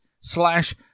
slash